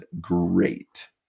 great